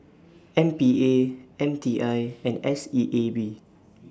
M P A M T I and S E A B